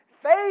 Faith